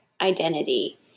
identity